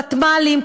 ותמ"לים,